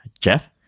Jeff